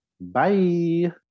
bye